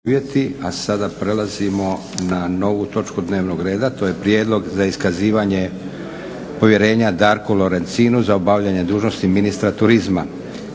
A sada prelazimo na novu točku dnevnog reda, to je: - Prijedlog za iskazivanje povjerenja Darku Lorencinu za obavljanje dužnosti ministra turizma